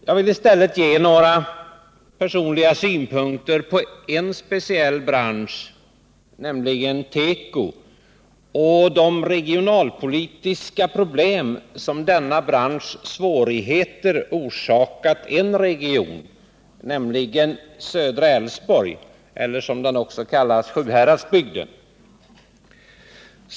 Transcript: Jag skall i stället lämna några personliga synpunkter på en speciell bransch, nämligen tekobranschen och de regionalpolitiska problem som svårigheterna inom denna bransch orsakat en region — Södra Älvsborg eller, som den också kallas, Sjuhäradsbygden.